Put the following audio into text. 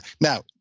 Now